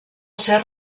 ser